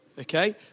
Okay